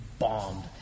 bombed